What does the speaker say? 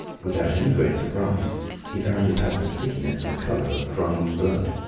without any great surprise he found it had the stickiness and colour of drying blood.